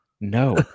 no